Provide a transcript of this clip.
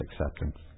acceptance